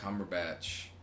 Cumberbatch